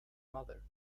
mother